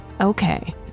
Okay